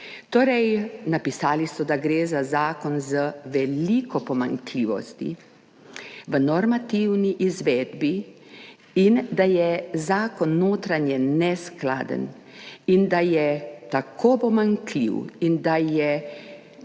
Torej, napisali so, da gre za zakon z veliko pomanjkljivostmi v normativni izvedbi in da je zakon notranje neskladen in da je tako pomanjkljiv in da je